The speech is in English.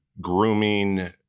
grooming